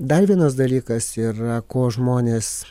dar vienas dalykas yra ko žmonės